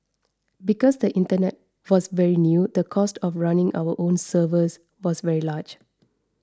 because the internet was very new the cost of running our own servers was very large